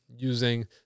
using